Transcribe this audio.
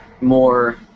more